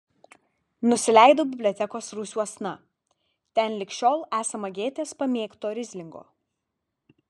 nusileidau bibliotekos rūsiuosna ten lig šiol esama gėtės pamėgto rislingo